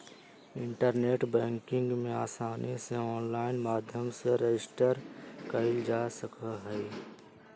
internet banking में आसानी से आनलाइन माध्यम से रजिस्टर कइल जा सका हई